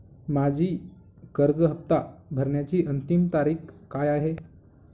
माझी कर्ज हफ्ता भरण्याची अंतिम तारीख काय आहे?